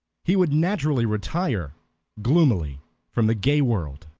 he would naturally retire gloomily from the gay world,